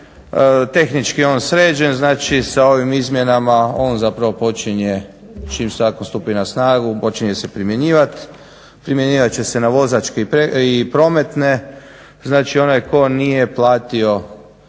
tehnički je on sređen, znači sa ovim izmjenama on zapravo počinje čim zakon stupi na snagu počinje se primjenjivat. Primjenjivat će se na vozačke i prometne, znači onaj tko nije platio